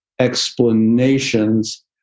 Explanations